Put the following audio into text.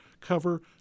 cover